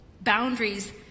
Boundaries